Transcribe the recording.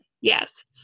Yes